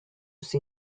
see